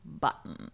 button